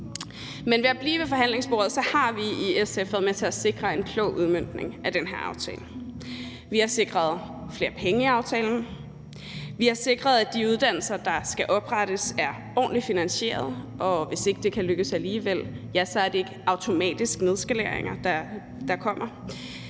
Men ved at blive ved forhandlingsbordet har vi i SF været med til at sikre en klog udmøntning af den her aftale. Vi har sikret flere penge i aftalen; vi har sikret, at de uddannelser, der skal oprettes, er ordentligt finansieret, og hvis ikke det kan lykkes alligevel, er det ikke automatisk nedskaleringer, der kommer;